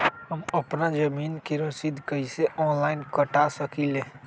हम अपना जमीन के रसीद कईसे ऑनलाइन कटा सकिले?